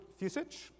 Fusich